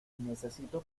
necesito